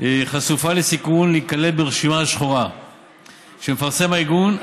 חשופה לסיכון להיכלל ברשימה השחורה שמפרסם הארגון.